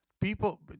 people